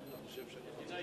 היושב-ראש,